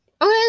Okay